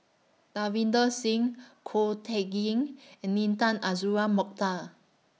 Davinder Singh Ko Teck Kin and Intan Azura Mokhtar